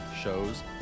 shows